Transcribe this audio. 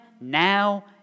now